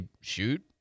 shoot